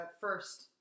first